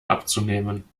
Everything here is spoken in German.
abzunehmen